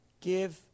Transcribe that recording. give